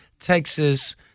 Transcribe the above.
Texas